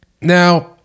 Now